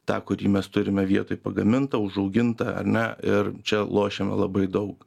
tą kurį mes turime vietoj pagamintą užaugintą ar na ir čia lošiama labai daug